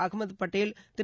Ahmed Patel Thiru